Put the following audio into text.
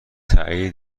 تایید